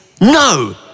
no